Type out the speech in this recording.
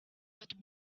but